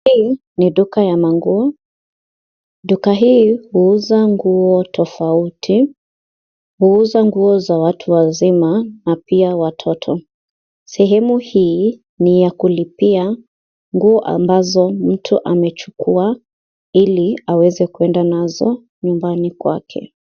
Hii ni duka ya manguo. Duka hii huuza nguo tofauti, huuza nguo za watu wazima na pia watoto. Sehemu hii ni ya kulipia nguo ambazo mtu amechukua ili waweze kuenda nazo nyumbani kwake.